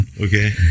Okay